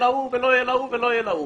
להוא ולא יהיה להוא ולא יהיה להוא.